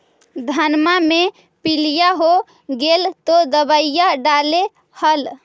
धनमा मे पीलिया हो गेल तो दबैया डालो हल?